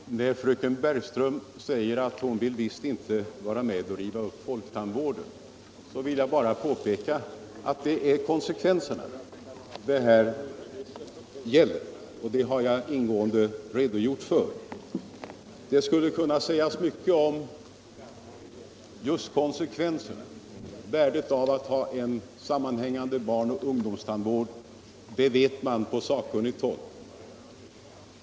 Herr talman! När fröken Bergström säger att hon visst inte vill vara med och riva upp folktandvården vill jag bara påpeka att det är detta som blir konsekvenserna av hennes ställningstagande. Värdet av att ha en sammanhängande barnoch ungdomstandvård känner man väl till på sakkunnigt håll.